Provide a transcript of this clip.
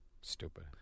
Stupid